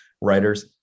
writers